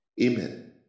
Amen